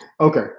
Okay